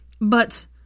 But—